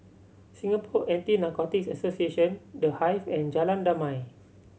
Singapore Anti Narcotics Association The Hive and Jalan Damai